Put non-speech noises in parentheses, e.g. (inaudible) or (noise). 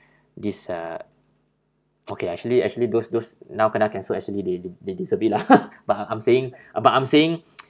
this uh okay lah actually actually those those now kena cancel actually they the~ they deserve it lah (laughs) but I I'm saying but I'm saying (noise)